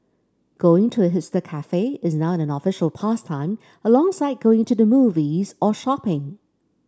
going to a hipster cafe is now an official pastime alongside going to the movies or shopping